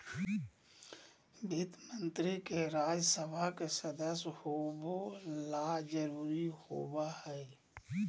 वित्त मंत्री के राज्य सभा के सदस्य होबे ल जरूरी होबो हइ